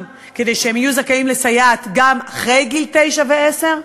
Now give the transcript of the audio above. כדי שהם יהיו זכאים לסייעת גם אחרי גיל תשע ועשר?